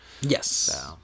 Yes